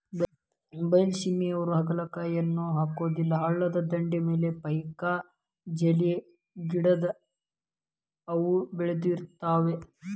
ಬೈಲಸೇಮಿಯವ್ರು ಹಾಗಲಕಾಯಿಯನ್ನಾ ಹಾಕುದಿಲ್ಲಾ ಹಳ್ಳದ ದಂಡಿ, ಪೇಕ್ಜಾಲಿ ಗಿಡದಾಗ ಅವ ಬೇಳದಿರ್ತಾವ